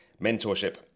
mentorship